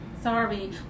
Sorry